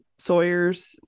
sawyers